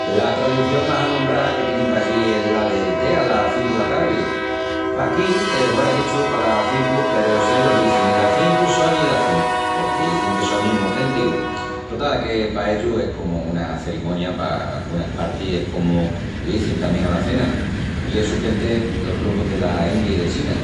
La tradición más anombrá que tienin pallí es la del té alas cincu la tardi. Paquí te huera dichu palas cincu peru si ellus izin las cincu sonin las cincu, porqu'izin que sonin mu téntigus. Total, que pa ellus es comu una cerimonia. Pa angunas partis es comu l'zin tamién ala cena. I essu que el té lo truxun dela India i de China,